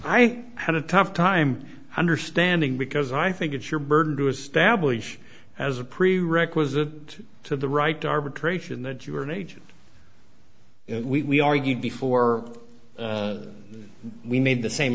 i had a tough time understanding because i think it's your burden to establish as a prerequisite to the right to arbitration that you are an agent we argued before we made the same